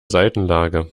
seitenlage